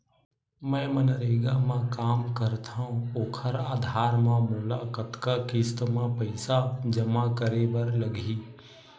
मैं मनरेगा म काम करथव, ओखर आधार म मोला कतना किस्त म पईसा जमा करे बर लगही?